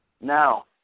now